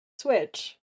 switch